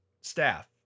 staff